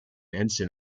ensign